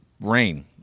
rain